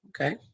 Okay